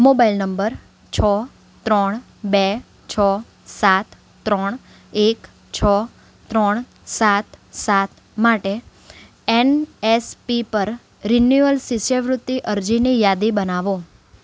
mobile number છ ત્રણ બે છો સાત ત્રણ એક છો ત્રણ સાત સાત માટે એનએસપી પર રિન્યુઅલ શિષ્યવૃત્તિ અરજીની યાદી બનાવો